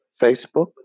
Facebook